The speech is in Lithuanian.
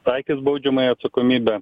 taikys baudžiamąją atsakomybę